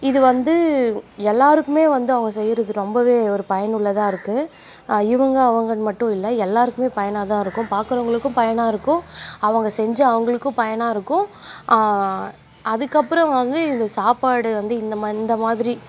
இது வந்து எல்லாேருக்குமே வந்து அவங்க செய்கிறது ரொம்பவே ஒரு பயனுள்ளதாக இருக்குது இவங்க அவங்கன்னு மட்டும் இல்லை எல்லாேருக்குமே பயனாக தான் இருக்கும் பார்க்குறவங்களுக்கும் பயனாக இருக்கும் அவங்க செஞ்ச அவங்களுக்கும் பயனாக இருக்கும் அதுக்கப்புறம் வந்து இந்த சாப்பாடு வந்து இந்த மா இந்த மாதிரி